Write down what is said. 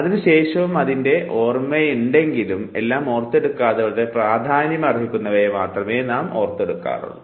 അതിനു ശേഷവും അതിൻറെ ഓർമ്മയുണ്ടെങ്കിലും എല്ലാം ഓർത്തെടുക്കാതെ വളരെ പ്രാധാന്യം അർഹിക്കുന്നവയെ മാത്രമേ നാം ഓർത്തെടുക്കുന്നുള്ളൂ